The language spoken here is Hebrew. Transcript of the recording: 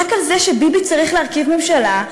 רק על זה שביבי צריך להרכיב ממשלה,